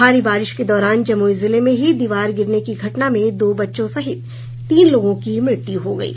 भारी बारिश के दौरान जमुई जिले में ही दीवार गिरने की घटना में दो बच्चों सहित तीन लोगों की मृत्यु हो गयी